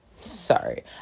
sorry